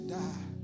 die